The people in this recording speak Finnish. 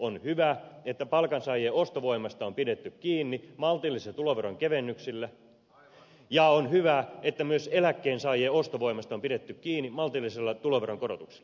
on hyvä että palkansaajien ostovoimasta on pidetty kiinni maltillisilla tuloveronkevennyksillä ja on hyvä että myös eläkkeensaajien ostovoimasta on pidetty kiinni maltillisilla tuloveronkorotuksilla